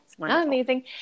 Amazing